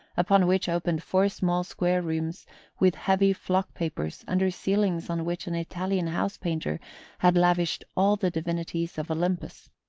upon which opened four small square rooms with heavy flock-papers under ceilings on which an italian house-painter had lavished all the divinities of olympus.